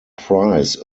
prize